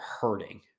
hurting